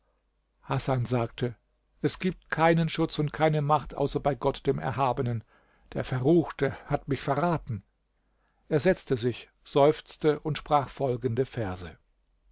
hasan sagte es gibt keinen schutz und keine macht außer bei gott dem erhabenen der verruchte hat mich verraten er setzte sich seufzte und sprach folgende verse